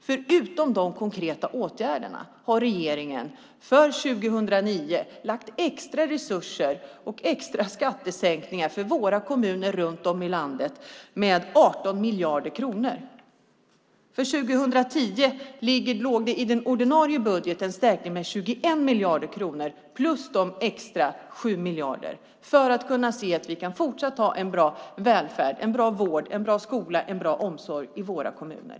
Förutom de konkreta åtgärderna har regeringen för 2009 gett 18 miljarder i extra resurser och extra skattesänkningar för våra kommuner runt om i landet. För 2010 låg det i den ordinarie budgeten en förstärkning på 21 miljarder kronor plus de extra 7 miljarderna för att vi ska se till att vi fortsatt kan ha bra välfärd - en bra vård, en bra skola och en bra omsorg i våra kommuner.